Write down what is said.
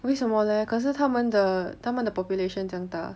为什么 leh 可是他们的他们的 population 这样大